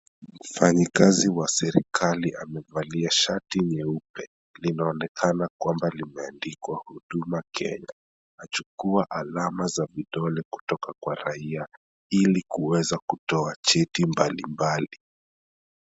Mfanyikazi wa serikali amevalia shati nyeupe linaonekana kwamba limeandikwa huduma Kenya. Anachukua alama za vidole kutoka kwa raia ili kuweza kutoa cheti mbalimbali.